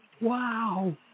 Wow